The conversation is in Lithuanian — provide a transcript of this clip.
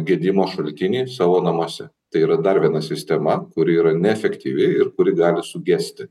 gedimo šaltinį savo namuose tai yra dar viena sistema kuri yra neefektyvi ir kuri gali sugesti